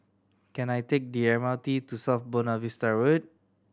can I take the M R T to South Buona Vista Road